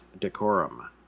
decorum